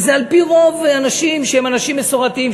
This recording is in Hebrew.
זה על-פי רוב אנשים שהם אנשים מסורתיים,